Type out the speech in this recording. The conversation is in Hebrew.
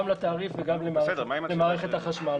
גם לתעריף וגם למערכת החשמל.